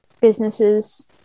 businesses